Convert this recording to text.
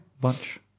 bunch